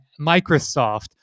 Microsoft